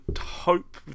hope